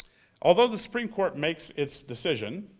although the supreme court makes its decision,